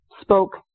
spoke